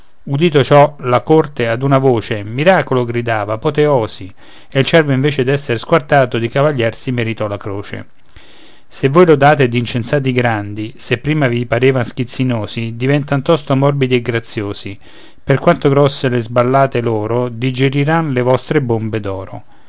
udito ciò la corte ad una voce miracolo gridava apoteòsi e il cervo invece di essere squartato di cavalier si meritò la croce se voi lodate ed incensate i grandi se prima vi parevan schizzinosi diventan tosto morbidi e graziosi per quanto grosse le sballate loro digeriran le vostre bombe